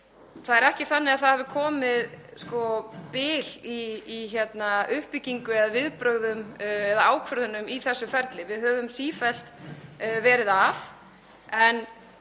Það er ekki þannig að það hafi komið bil í uppbyggingu eða viðbrögðum eða ákvörðunum í þessu ferli. Við höfum sífellt verið að.